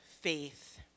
faith